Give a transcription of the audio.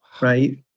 right